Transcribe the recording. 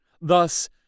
Thus